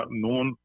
known